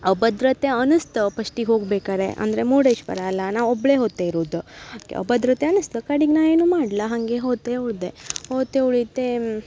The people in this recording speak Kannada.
ಅಭದ್ರತೆ ಅನಿಸ್ತು ಪಶ್ಟಿಗೆ ಹೋಗ್ಬೇಕಾದ್ರೆ ಅಂದರೆ ಮುರ್ಡೇಶ್ವರ ಅಲ್ಲ ನಾ ಒಬ್ಬಳೇ ಹೋತೆ ಇರುದು ಅಭದ್ರತೆ ಅನಿಸ್ತು ಕಡಿಗೆ ನಾ ಏನು ಮಾಡ್ಲಾ ಹಾಗೆ ಹೋತೆ ಹೋದೆ ಹೋತೆ ಉಳಿತೆ